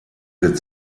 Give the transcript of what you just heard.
wird